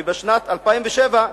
ובשנת 2007,